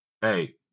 hey